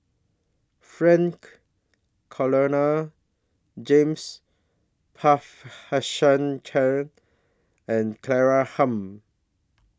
Frank Cloutier James Puthucheary and Claire Tham